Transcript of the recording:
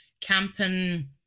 camping